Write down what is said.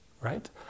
right